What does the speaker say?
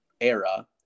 era